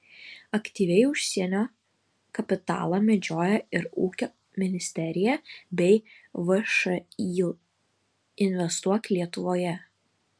aktyviai užsienio kapitalą medžioja ir ūkio ministerija bei všį investuok lietuvoje